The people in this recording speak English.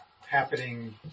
happening